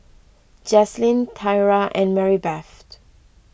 Jaslyn Tyra and Maribeth Ter